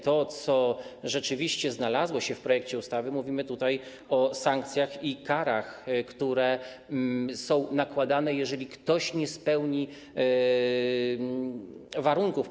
To, co rzeczywiście znalazło się w projekcie ustawy, to mówimy tutaj jedynie o sankcjach i karach, które są nakładane, jeżeli ktoś nie spełni warunków.